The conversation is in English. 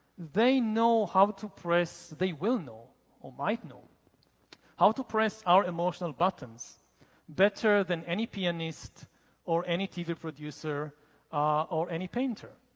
they know how to press, they will know or might know how to press our emotional buttons better than any pianist or any tv producer or any painter